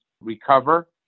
recover